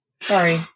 sorry